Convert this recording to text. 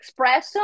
espresso